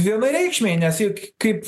vienareikšmiai nes juk kaip